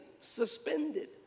suspended